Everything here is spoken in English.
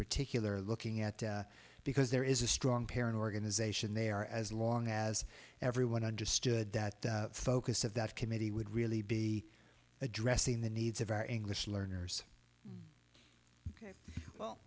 particular looking at because there is a strong parent organization there as long as everyone understood that focus of that committee would really be addressing the needs of our english learners